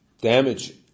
Damage